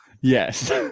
Yes